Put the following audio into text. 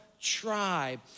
tribe